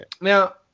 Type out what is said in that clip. now